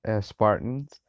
Spartans